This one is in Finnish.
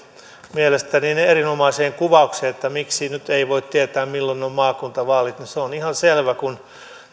mielestäni erinomaiseen kuvaukseen että miksi nyt ei voi tietää milloin on maakuntavaalit niin se on ihan selvä kun